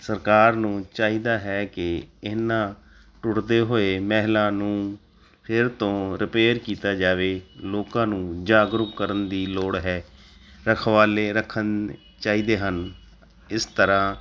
ਸਰਕਾਰ ਨੂੰ ਚਾਹੀਦਾ ਹੈ ਕਿ ਇਹਨਾਂ ਟੁੱਟਦੇ ਹੋਏ ਮਹਿਲਾਂ ਨੂੰ ਫਿਰ ਤੋਂ ਰਿਪੇਅਰ ਕੀਤਾ ਜਾਵੇ ਲੋਕਾਂ ਨੂੰ ਜਾਗਰੂਕ ਕਰਨ ਦੀ ਲੋੜ ਹੈ ਰਖਵਾਲੇ ਰੱਖਣ ਚਾਹੀਦੇ ਹਨ ਇਸ ਤਰ੍ਹਾਂ